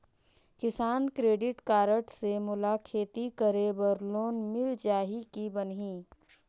किसान credit card से मोला खेती करे बर लोन मिल जाहि की बनही??